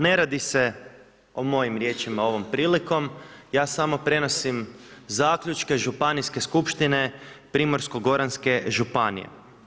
Ne radi se o mojim riječima ovom prilikom, ja samo prenosim zaključke Županijske skupštine Primorsko-goranske županije.